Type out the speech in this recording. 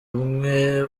imwe